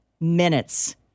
minutes